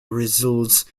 results